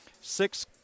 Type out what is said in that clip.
Six